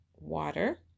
water